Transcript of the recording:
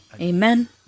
Amen